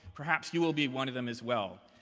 perhaps you will be one of them, as well.